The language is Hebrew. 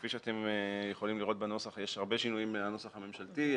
כפי שאתם יכולים לראות בנוסח יש הרבה שינויים מהנוסח הממשלתי.